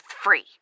free